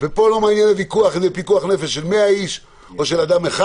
וכאן לא מעניין הוויכוח אם זה פיקוח נפש של 100 אנשים או של אדם אחד.